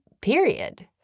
period